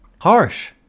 Harsh